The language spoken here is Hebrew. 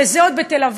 וזה עוד בתל-אביב.